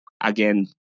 again